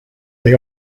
they